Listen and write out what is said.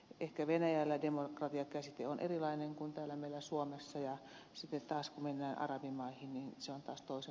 ehkä venäjällä demokratian käsite on erilainen kuin täällä meillä suomessa ja sitten taas kun mennään arabimaihin se on toisenlainen